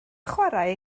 chwarae